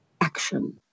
action